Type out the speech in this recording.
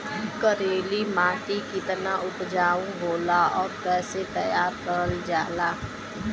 करेली माटी कितना उपजाऊ होला और कैसे तैयार करल जाला?